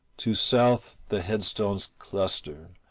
to south the headstones cluster,